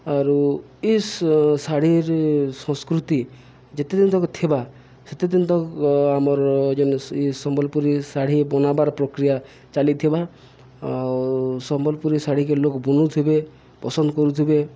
ଆରୁ ଇ ଶାଢ଼ୀର୍ ସଂସ୍କୃତି ଯେତେ ଦିନ୍ ତକ୍ ଥିବା ସେତେ ଦିନ୍ ତକ୍ ଆମର୍ ଯେନ୍ ସମ୍ବଲ୍ପୁରୀ ଶାଢ଼ୀ ବନ୍ବାର ପ୍ରକ୍ରିୟା ଚାଲିଥିବା ଆଉ ସମ୍ବଲ୍ପୁରୀ ଶାଢ଼ୀକେ ଲୋକ୍ ବୁନୁଥିବେ ପସନ୍ଦ୍ କରୁଥିବେ